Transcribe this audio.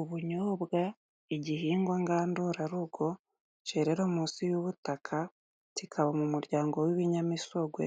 Ubunyobwa igihingwa ngandura rugo, cyerera munsi y'ubutaka kikaba mu muryango w'ibinyamisogwe.